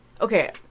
Okay